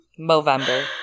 Movember